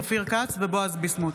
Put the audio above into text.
אופיר כץ ובועז ביסמוט.